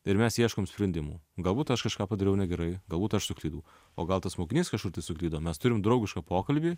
ir mes ieškom sprendimų galbūt aš kažką padariau negerai galbūt aš suklydau o gal tas mokinys kažkur tai suklydo mes turim draugišką pokalbį